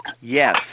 Yes